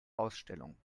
ausstellung